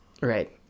Right